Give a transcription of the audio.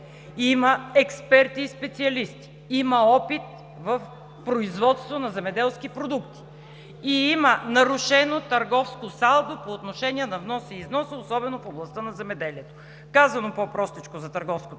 има експерти и специалисти, има опит в производство на земеделски продукти и има нарушено търговско салдо по отношение на внос и износ, особено в областта на земеделието. Казано по-простичко за търговското